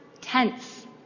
tense